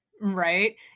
Right